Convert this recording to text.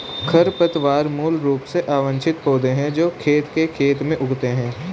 खरपतवार मूल रूप से अवांछित पौधे हैं जो खेत के खेत में उगते हैं